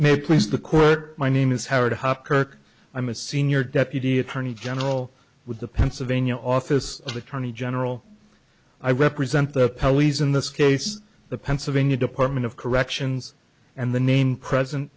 may please the court my name is howard hopkirk i'm a senior deputy attorney general with the pennsylvania office of attorney general i represent the pallies in this case the pennsylvania department of corrections and the name present